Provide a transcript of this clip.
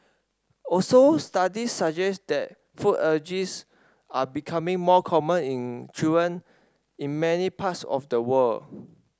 also studies suggest that food allergies are becoming more common in children in many parts of the world